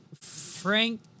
frank